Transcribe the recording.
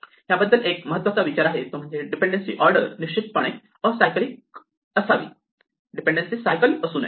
या बद्दल एक महत्त्वाचा विचार आहे तो म्हणजे डीपेंडन्सी ऑर्डर निश्चितपणे असायकलिक असावी डीपेंडन्सी सायकल असू नये